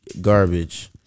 garbage